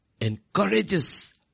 encourages